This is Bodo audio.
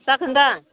जागोन दा